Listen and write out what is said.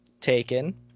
taken